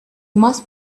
must